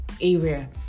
area